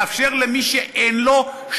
לאפשר למי שאין לו,